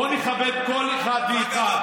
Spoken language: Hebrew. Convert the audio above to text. בואו נכבד כל אחד ואחד.